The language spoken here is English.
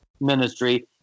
ministry